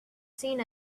seen